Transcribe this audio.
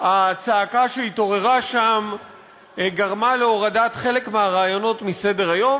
הצעקה שהתעוררה שם גרמה להורדת חלק מהרעיונות מסדר-היום,